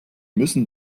müssen